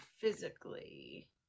physically